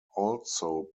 also